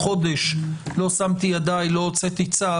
חודש לא שמתי ידיי, לא הוצאתי צו.